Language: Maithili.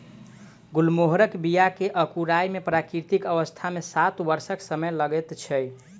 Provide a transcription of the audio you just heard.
गुलमोहरक बीया के अंकुराय मे प्राकृतिक अवस्था मे सात वर्षक समय लगैत छै